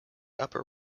upper